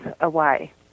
away